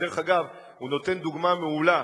דרך אגב, הוא נותן דוגמה מעולה.